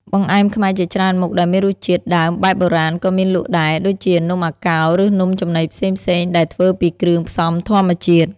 បង្អែមខ្មែរជាច្រើនមុខដែលមានរសជាតិដើមបែបបុរាណក៏មានលក់ដែរ ដូចជានំអាកោឬនំចំណីផ្សេងៗដែលធ្វើពីគ្រឿងផ្សំធម្មជាតិ។